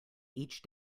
each